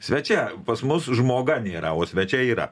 svečia pas mus žmoga nėra o svečia yra